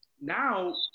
now